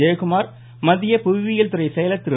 ஜெயக்குமார் மத்திய புவியியல் துறை செயலர் திரு